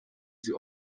sie